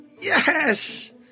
Yes